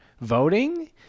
voting